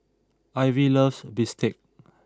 Ivy loves Bistake